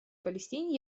палестине